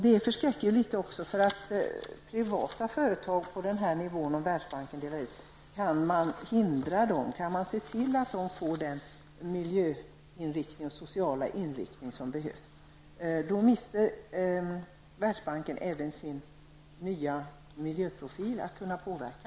Detta förskräcker ju litet. Om Världsbanken delar ut lån till privata företag på den här nivån, kan man då se till att de får den miljöinriktning och sociala inriktning som behövs? Här mister Världsbanken även sin nya miljöprofil -- att kunna påverka.